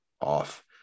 off